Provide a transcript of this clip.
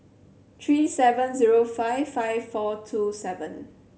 three seven zero five five four two seven